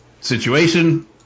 situation